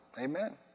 Amen